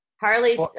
Harley's